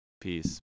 Peace